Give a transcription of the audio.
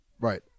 Right